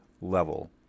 level